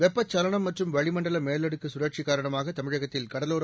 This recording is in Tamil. வெப்பச்சலனம் மற்றும் வளிமண்டல மேலடுக்கு சுழற்சி காரணமாக தமிழகத்தில் கடலோர